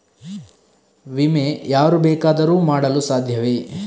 ವಿಮೆ ಯಾರು ಬೇಕಾದರೂ ಮಾಡಲು ಸಾಧ್ಯವೇ?